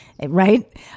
right